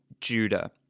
Judah